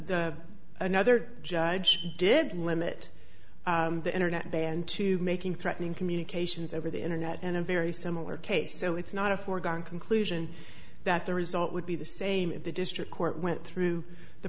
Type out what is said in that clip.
arizona another judge did limit the internet ban to making threatening communications over the internet and a very similar case so it's not a foregone conclusion that the result would be the same at the district court went through the